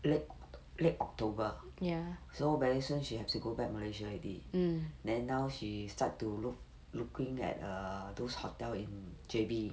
late october so very soon she have to go back malaysia already then now she start to look looking at err those hotel in J_B